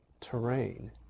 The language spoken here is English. terrain